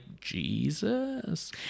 Jesus